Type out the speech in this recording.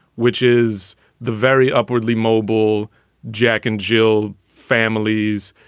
which is the very upwardly mobile jack and jill families.